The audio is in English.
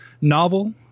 novel